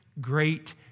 great